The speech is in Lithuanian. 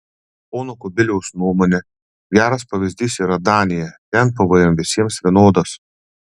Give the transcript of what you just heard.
pono kubiliaus nuomone geras pavyzdys yra danija ten pvm visiems vienodas